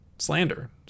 slander